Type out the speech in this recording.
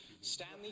stanley